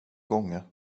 gånger